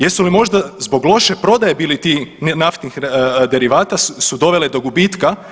Jesu li možda zbog loše prodaje bili ti naftnih derivata su dovele do gubitka?